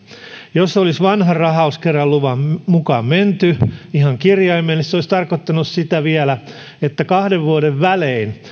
jos olisi vanhan rahankeräysluvan mukaan menty ihan kirjaimellisesti se olisi tarkoittanut vielä sitä että kahden vuoden välein